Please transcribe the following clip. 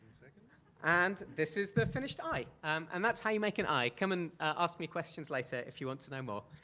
like and and this is the finished eye, um and that's how you make an eye. come and ask me questions later if you want to know more.